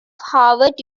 harvard